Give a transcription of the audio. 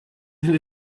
than